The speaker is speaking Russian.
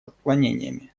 отклонениями